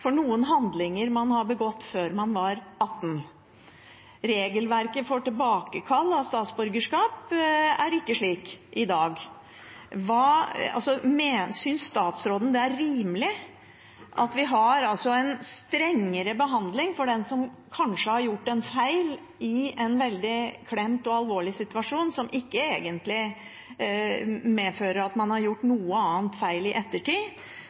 for noen handlinger man har begått før man var 18 – regelverket for tilbakekall av statsborgerskap er ikke slik i dag – må jeg spørre statsråden: Synes han det er rimelig at vi har en strengere behandling for den som kanskje har gjort en feil i en veldig klemt og alvorlig situasjon, som ikke egentlig medfører at man har gjort noe annet feil i ettertid,